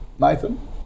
Nathan